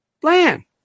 plan